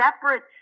separate